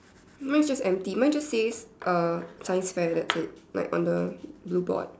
mine is just empty mine just says uh science fair that's it like on the blue board